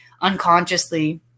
unconsciously